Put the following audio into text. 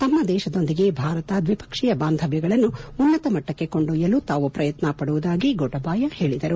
ತಮ್ಮ ದೇಶದೊಂದಿಗೆ ಭಾರತ ದ್ವಿಪಕ್ಷೀಯ ಬಾಂಧವ್ಯಗಳನ್ನು ಉನ್ನತ ಮಟ್ಟಕ್ಕೆ ಕೊಂಡೊಯ್ಯಲು ತಾವು ಪ್ರಯತ್ನ ಪಡುವುದಾಗಿ ಗೋಟಬಾಯ ಹೇಳಿದರು